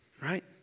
right